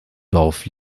dorf